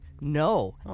No